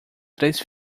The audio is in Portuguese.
três